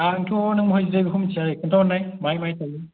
आंथ' नों माहाय जिरायो बेखौ मिथिया खोन्थाहरनाय नों माहाय माहाय थायो